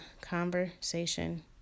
conversation